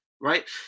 right